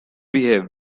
behave